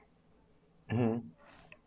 um